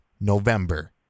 November